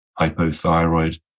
hypothyroid